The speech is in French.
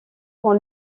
font